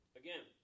again